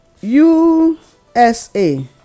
USA